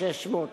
600 שקלים.